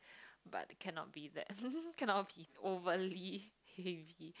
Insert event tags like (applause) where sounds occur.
but cannot be that (laughs) cannot be overly heavy